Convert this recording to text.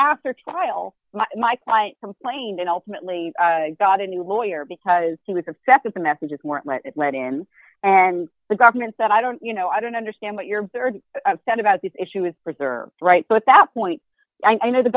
after trial my client complained and ultimately got any lawyer because he was upset that the messages were let in and the government said i don't you know i don't understand what you're upset about this issue is preserved right but that point i know the